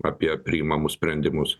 apie priimamus sprendimus